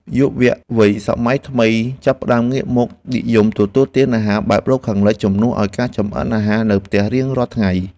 យុវវ័យសម័យថ្មីចាប់ផ្តើមងាកមកនិយមទទួលទានអាហារបែបលោកខាងលិចជំនួសឱ្យការចម្អិនអាហារនៅផ្ទះរៀងរាល់ថ្ងៃ។